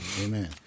Amen